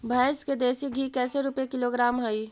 भैंस के देसी घी कैसे रूपये किलोग्राम हई?